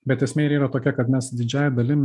bet esmė ir yra tokia kad mes didžiąja dalim